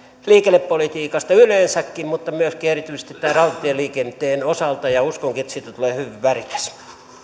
liikennepolitiikasta yleensäkin mutta myöskin erityisesti tämän rautatieliikenteen osalta ja uskonkin että siitä tulee hyvin värikäs